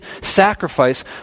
sacrifice